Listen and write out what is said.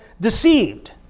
deceived